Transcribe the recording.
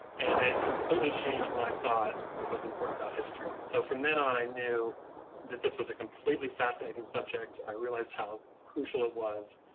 and it completely changed what i thought was important about history. and so from then on, i knew that this was a completely fascinating subject. i realized how crucial it was,